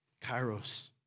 Kairos